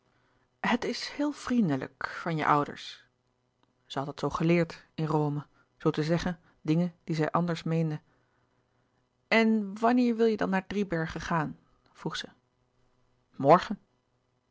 het is heel vriendelijk van je ouders zij had dat zoo geleerd in rome zoo te zeggen dingen die zij anders meende en wanneer wil je dan naar driebergen gaan vroeg zij morgen